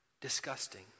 disgusting